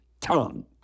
tongue